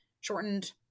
shortened